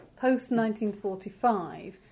post-1945